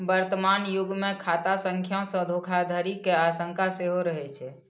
वर्तमान युग मे खाता संख्या सं धोखाधड़ी के आशंका सेहो रहै छै